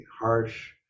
harsh